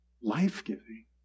life-giving